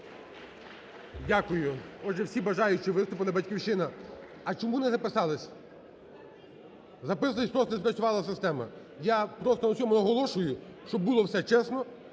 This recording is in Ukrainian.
Дякую. Отже, всі бажаючі виступили. "Батьківщина", а чому не записалися? (Шум у залі) Записувалися, просто не спрацювала система. Я просто на цьому наголошую, щоб було все чесно,